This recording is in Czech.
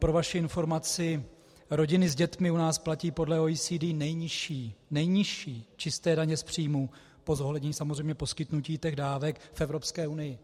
Pro vaši informaci, rodiny s dětmi u nás platí podle OECD nejnižší nejnižší čisté daně z příjmů po zohlednění samozřejmě poskytnutí dávek v Evropské unii.